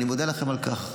אני מודה לכם על כך.